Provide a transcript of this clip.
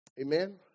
Amen